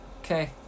Okay